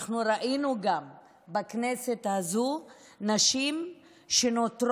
אנחנו גם ראינו בכנסת הזו נשים שנוטרות,